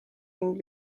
ning